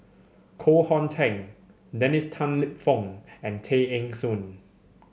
Koh Hong Teng Dennis Tan Lip Fong and Tay Eng Soon